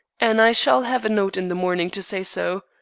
and i shall have a note in the morning to say so.